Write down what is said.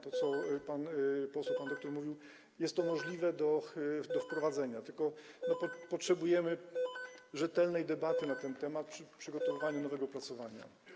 To, o czym pan poseł, pan doktor mówił, jest możliwe do wprowadzenia, tylko potrzebujemy rzetelnej debaty na ten temat przy przygotowywaniu nowego opracowania.